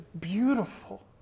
beautiful